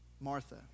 Martha